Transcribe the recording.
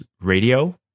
Radio